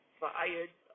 fired